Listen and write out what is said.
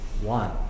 one